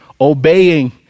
obeying